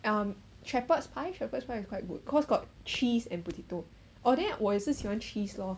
um shepherd's pie shepherd's pie is quite good cause got cheese and potato orh then 我也是喜欢 cheese lor